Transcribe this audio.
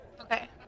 okay